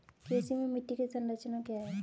कृषि में मिट्टी की संरचना क्या है?